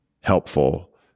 helpful